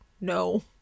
No